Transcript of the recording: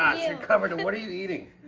ah you're covered in what are you eating?